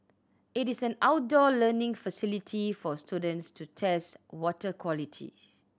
it is an outdoor learning facility for students to test water quality